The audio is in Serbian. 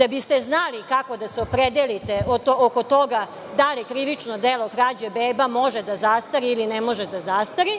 da biste znali kako da se opredelite oko toga da li krivično delo krađe beba može da zastari ili ne može da zastari.